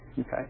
okay